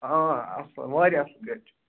آ اَصٕل واریاہ اَصٕل گَٲڑۍ چھِ